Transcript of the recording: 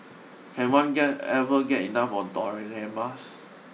can one get ever get enough of dioramas